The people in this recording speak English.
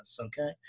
okay